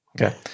Okay